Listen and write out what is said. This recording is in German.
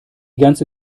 ganze